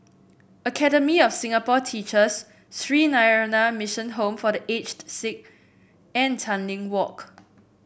Academy of Singapore Teachers Sree Narayana Mission Home for The Aged Sick and Tanglin Walk